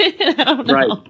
Right